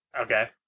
Okay